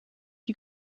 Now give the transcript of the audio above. you